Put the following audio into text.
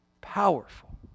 Powerful